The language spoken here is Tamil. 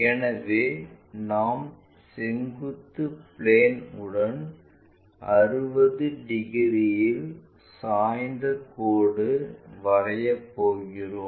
எனவே நாம் செங்குத்து பிளேன் உடன் 60 டிகிரியில் சாய்ந்த கோடு வரைய போகிறோம்